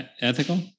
ethical